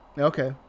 Okay